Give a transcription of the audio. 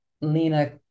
Lena